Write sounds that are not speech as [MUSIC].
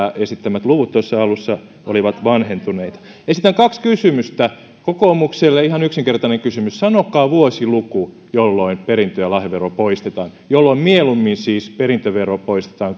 esittämät luvut tuossa alussa olivat vanhentuneita esitän kaksi kysymystä kokoomukselle ihan yksinkertainen kysymys sanokaa vuosiluku jolloin perintö ja lahjavero poistetaan jolloin mieluummin siis perintövero poistetaan [UNINTELLIGIBLE]